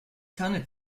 tanne